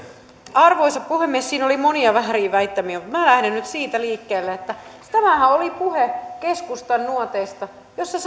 arvoisa puhemies siinä oli monia vääriä väittämiä mutta minä lähden nyt siitä liikkeelle että tämähän oli puhe keskustan nuoteista joissa